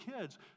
kids